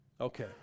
Okay